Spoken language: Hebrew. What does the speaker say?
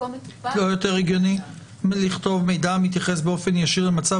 לא יותר הגיוני לכתוב "מידע המתייחס באופן ישיר למצב